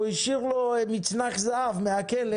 הוא השאיר לו מצנח זהב מהכלא